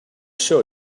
sure